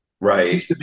Right